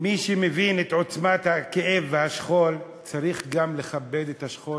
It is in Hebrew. מי שמבין את עוצמת הכאב והשכול צריך גם לכבד את השכול